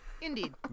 Indeed